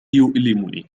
يؤلمني